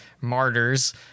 martyrs